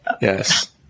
Yes